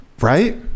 right